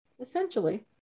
Essentially